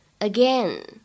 again